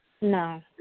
No